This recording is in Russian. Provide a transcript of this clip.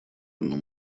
одну